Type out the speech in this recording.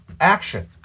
action